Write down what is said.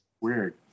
weird